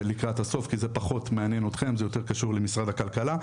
לקראת הסוף כי זה יותר קשור למשרד הכלכלה,